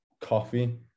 coffee